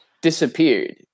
disappeared